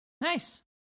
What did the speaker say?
Nice